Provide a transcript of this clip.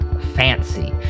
fancy